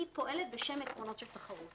היא פועלת בשם עקרונות של תחרות.